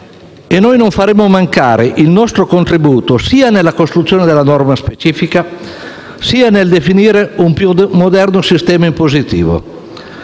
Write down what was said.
e noi non faremo mancare il nostro contributo sia nella costruzione della norma specifica sia nel definire un più moderno sistema impositivo.